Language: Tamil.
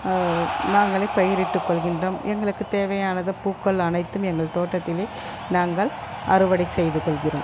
நாங்களே பயிரிட்டு கொள்கின்றோம் எங்களுக்கு தேவையானத பூக்கள் அனைத்தும் எங்கள் தோட்டத்திலே நாங்கள் அறுவடை செய்துக்கொள்கிறோம்